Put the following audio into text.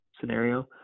scenario